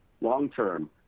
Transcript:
long-term